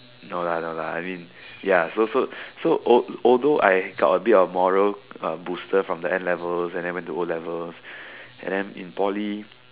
no lah no lah I mean ya so so so all al~ although I got a bit of moral uh booster from the N-level and then went to o level and then in Poly